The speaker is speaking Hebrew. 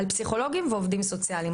לגבי פסיכולוגים ועובדים סוציאליים.